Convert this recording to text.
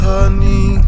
Honey